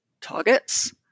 targets